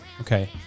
Okay